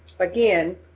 Again